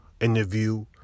interview